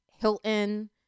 Hilton